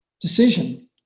decision